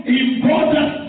important